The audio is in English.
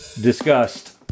Disgust